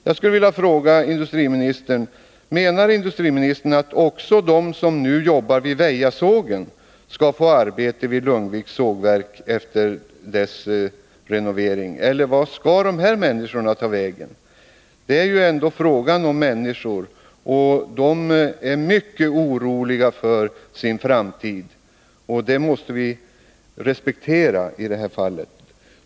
Jag skulle vilja fråga industriministern: Menar industriministern att också de som nu jobbar vid Väjasågen skall få arbete vid Lugnviks sågverk efter dess renovering, eller vart skall dessa människor ta vägen? Det är ändå fråga om människor. De är mycket oroliga för sin framtid, och det måste vi i detta fall respektera.